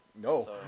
no